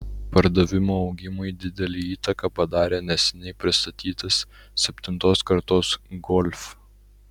pardavimų augimui didelę įtaką padarė neseniai pristatytas septintos kartos golf